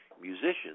musicians